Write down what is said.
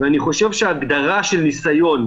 אני חושב שההגדרה של ניסיון,